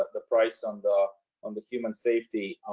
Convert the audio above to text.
the price on the on the human safety